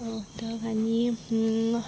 मोदक आनी